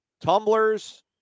Tumbler's